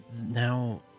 now